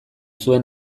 zuen